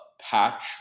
patch